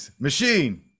Machine